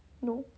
no